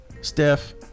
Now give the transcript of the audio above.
steph